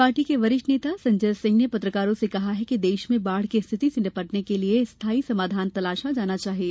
party के वरिष्ठ नेता संजय सिंह ने पत्रकारों से कहा कि देश में बाढ़ की स्थिति से निपटने के लिए स्थाई समाधान तलाश जाना चाहिए